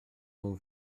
nhw